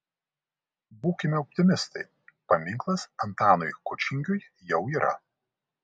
būkime optimistai paminklas antanui kučingiui jau yra